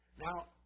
Now